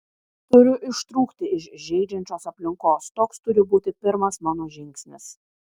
turiu ištrūkti iš žeidžiančios aplinkos toks turi būti pirmas mano žingsnis